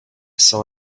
saw